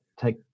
take